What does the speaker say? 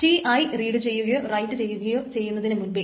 Ti read ചെയ്യുകയോ write ചെയ്യുകയോ ചെയ്യുന്നതിനു മുൻപെ